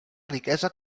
riquesa